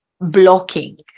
blocking